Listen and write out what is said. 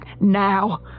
now